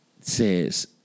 says